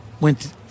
went